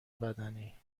بدنی